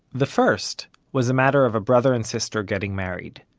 the first was the matter of a brother and sister getting married,